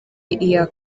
iya